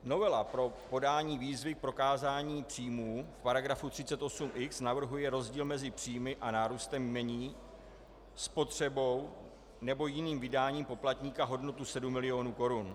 Novela pro podání výzvy k prokázání příjmů v § 38x navrhuje rozdíl mezi příjmy a nárůstem jmění, spotřebou nebo jiným vydáním poplatníka hodnotu 7 mil. korun.